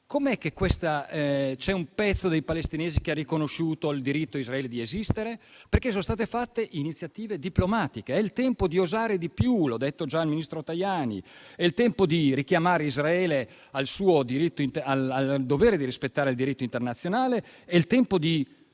Com'è che c'è un pezzo dei palestinesi che ha riconosciuto il diritto di Israele di esistere? Sono state fatte iniziative diplomatiche. È il tempo di osare di più, e l'ho detto già al ministro Tajani: è tempo di richiamare Israele al dovere di rispettare il diritto internazionale; è tempo di